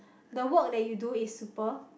the work that you do is super